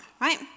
right